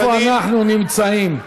איפה אנחנו נמצאים?